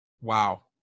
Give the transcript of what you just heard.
wow